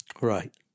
right